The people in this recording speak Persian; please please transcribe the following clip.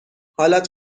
حالت